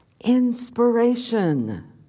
Inspiration